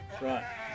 Right